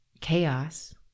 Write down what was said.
chaos